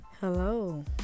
Hello